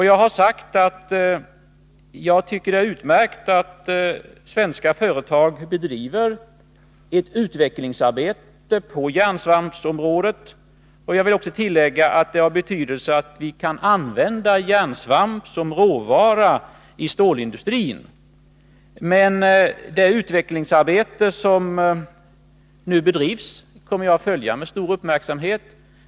Jag tycker att det är utmärkt att svenska företag bedriver ett utvecklingsarbete på järnsvampsområdet. Jag vill tillägga att det är av betydelse att vi kan använda järnsvamp som råvara i stålindustrin. Det utvecklingsarbete som nu bedrivs kommer jag att följa med stor uppmärksamhet.